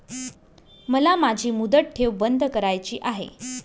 मला माझी मुदत ठेव बंद करायची आहे